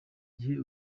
gihe